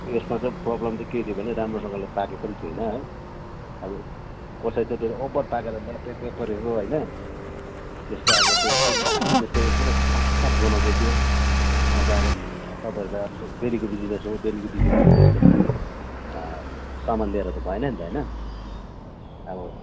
त्यसमा चाहिँ प्रबल्म चाहिँ के थियो भने राम्रोसँगले पाकेको पनि थिएन है अब कसै चाहिँ फेरि ओभर पाकेर लेतेते परेको होइन त्यस्तो अब त्यो फेरि बासी जस्दो ठस् ठस् गनाउँदैथ्यो अन्त अब तपाईँहरूको अब डेलीको बिजिनेस हो डेलीको बिजिनेसमा त्यस्तो खाले सामान दिएर त भएन नि त होइन अब